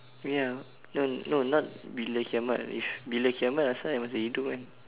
oh ya no no not bila kiamat if bila kiamat asal I masih hidup kan